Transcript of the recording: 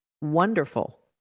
wonderful